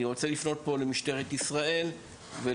אני רוצה לפנות פה למשטרת ישראל ולשמוע